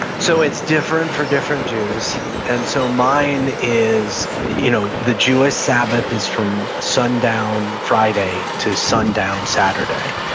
so it's different for different jews. and so mine is, you know the jewish sabbath is from sundown friday to sundown saturday.